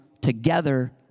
together